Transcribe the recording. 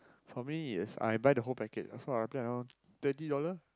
for me is I buy whole the whole package so I pay around twenty dollar